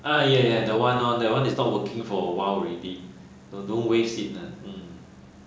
ah ya ya that [one] lor that [one] is not working for awhile already don't don't waste it hmm